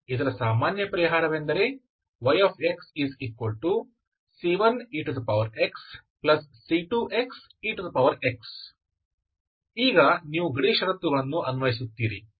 ಆದ್ದರಿಂದ ಇದರ ಸಾಮಾನ್ಯ ಪರಿಹಾರವೆಂದರೆ yxc1exc2xex ಆದ್ದರಿಂದ ಈಗ ನೀವು ಗಡಿ ಷರತ್ತುಗಳನ್ನು ಅನ್ವಯಿಸುತ್ತೀರಿ